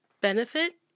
benefit